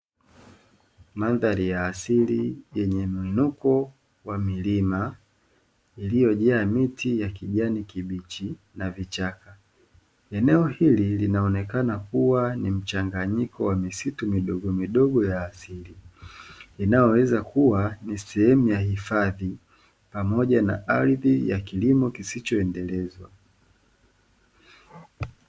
Mandhari ya asili yenye mwinuko wa milima iliyojaa miti ya kijani kibichi na vichaka eneo hili linaonekana kuwa ni mchanganyiko wa misitu midogo midogo ya inayoweza kuwa ni sehemu ya hifadhi pamoja na ardhi ya kilimo kisichoendelezwa.